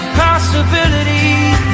possibilities